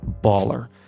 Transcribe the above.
baller